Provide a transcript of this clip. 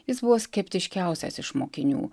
jis buvo skeptiškiausias iš mokinių